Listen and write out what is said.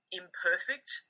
imperfect